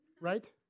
right